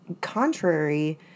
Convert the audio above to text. contrary